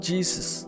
Jesus